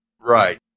Right